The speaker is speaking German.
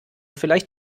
vielleicht